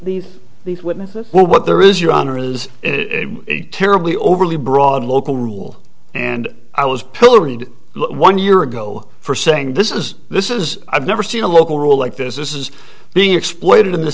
these these witnesses well what there is your honor is a terribly overly broad local rule and i was pilloried one year ago for saying this is this is i've never seen a local rule like this is being exploited in the